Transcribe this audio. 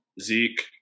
Zeke